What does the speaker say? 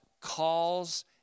calls